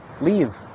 leave